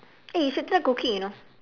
eh you should try cooking you know